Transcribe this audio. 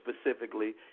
specifically